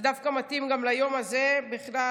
זה דווקא מתאים גם ליום הזה בכלל,